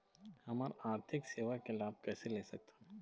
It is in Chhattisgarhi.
हमन आरथिक सेवा के लाभ कैसे ले सकथन?